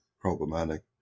problematic